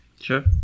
Sure